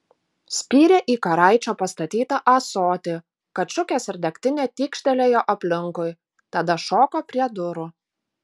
spyrė į karaičio pastatytą ąsotį kad šukės ir degtinė tykštelėjo aplinkui tada šoko prie durų